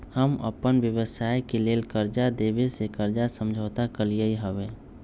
हम अप्पन व्यवसाय के लेल कर्जा देबे से कर्जा समझौता कलियइ हबे